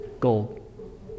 gold